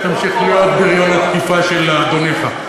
ותמשיך להיות בריון התקיפה של אדוניך.